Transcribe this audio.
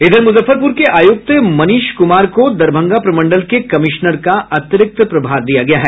इधर मुजफ्फरपुर के आयुक्त मनीष कुमार को दरभंगा प्रमंडल के कमिश्नर का अतिरिक्त प्रभार दिया गया है